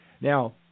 Now